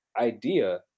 idea